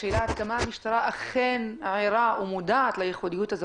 השאלה עד כמה המשטרה אכן ערה ומודעת לייחודיות הזו.